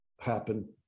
happen